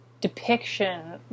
depiction